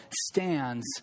stands